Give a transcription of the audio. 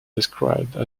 described